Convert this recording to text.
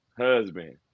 husband